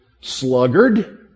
sluggard